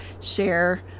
share